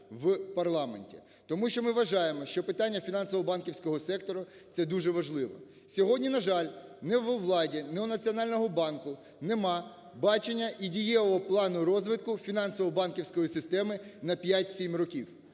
Тому що ми вважаємо, що питання фінансово-банківського сектору – це дуже важливо. Сьогодні, на жаль, ні в владі, ні у Національного банку нема бачення і дієвого плану розвитку фінансово-банківської системи на 5-7 років.